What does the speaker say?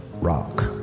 rock